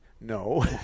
No